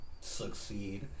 succeed